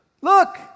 Look